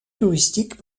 touristiques